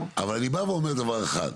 אבל אני בא ואומר דבר אחד,